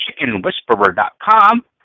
chickenwhisperer.com